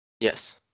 Yes